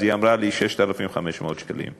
היא אמרה לי: 6,500 שקלים.